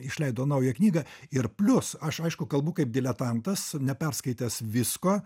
išleido naują knygą ir plius aš aišku kalbu kaip diletantas neperskaitęs visko